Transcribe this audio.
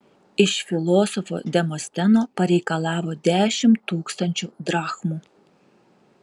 iš filosofo demosteno pareikalavo dešimt tūkstančių drachmų